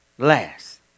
Last